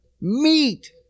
meat